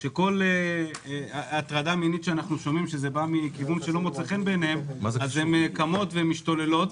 שכל הטרדה מינית שבאה מכיוון שלא מוצא חן בעיניהן הן קמות ומשתוללות.